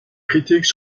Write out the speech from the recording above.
critiques